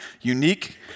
unique